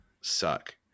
suck